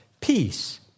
peace